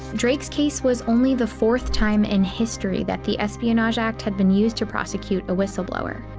drake's case was only the fourth time in history that the espionage act had been used to prosecute a whistleblower.